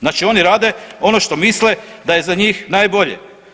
Znači oni rade ono što misle da je za njih najbolje.